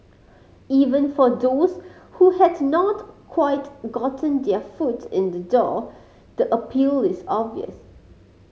even for those who had not quite gotten their foot in the door the appeal is obvious